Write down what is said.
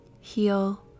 heal